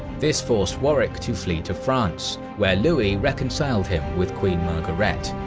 this forced warwick to flee to france, where louis reconciled him with queen margaret.